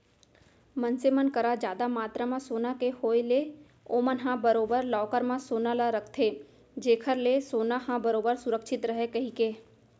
मनसे मन करा जादा मातरा म सोना के होय ले ओमन ह बरोबर लॉकर म सोना ल रखथे जेखर ले सोना ह बरोबर सुरक्छित रहय कहिके